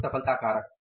प्रमुख सफलता कारक